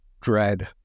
dread